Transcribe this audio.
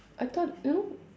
I thought you know